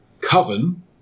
Coven